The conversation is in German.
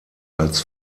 als